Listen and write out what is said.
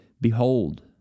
Behold